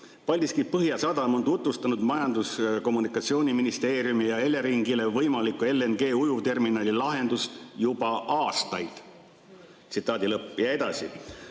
Paldiski Põhjasadam on tutvustanud Majandus- ja Kommunikatsiooniministeeriumile ja Eleringile võimalikku LNG‑ujuvterminali lahendust juba aastaid." Ja edasi: